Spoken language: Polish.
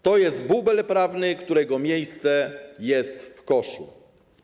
To jest bubel prawny, którego miejsce jest w koszu.